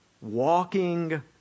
walking